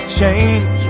change